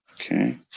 Okay